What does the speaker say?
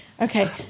Okay